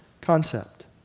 concept